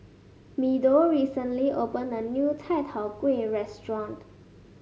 Meadow recently opened a new Chai Tow Kway Restaurant